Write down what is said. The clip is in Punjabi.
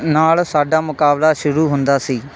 ਨਾਲ਼ ਸਾਡਾ ਮੁਕਾਬਲਾ ਸ਼ੁਰੂ ਹੁੰਦਾ ਸੀ